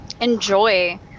enjoy